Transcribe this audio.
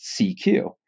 CQ